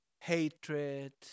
hatred